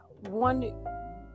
one